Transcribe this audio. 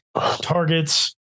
targets